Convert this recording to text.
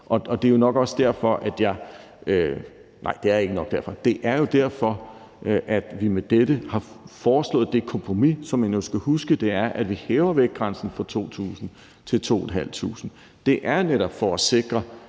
Det er jo derfor, at vi med dette har foreslået det kompromis, som man jo skal huske det er, at vi hæver vægtgrænsen fra 2.000 til 2.500 kg. Det er netop for at sikre,